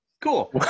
Cool